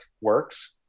works